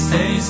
Say